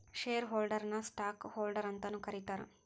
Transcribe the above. share ಹೋಲ್ಡರ್ನ ನ stock holder ಅಂತಾನೂ ಕರೇತಾರ